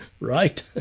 right